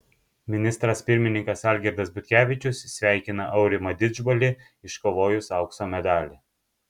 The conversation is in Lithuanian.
ministras pirmininkas algirdas butkevičius sveikina aurimą didžbalį iškovojus aukso medalį